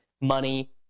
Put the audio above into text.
money